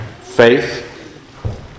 faith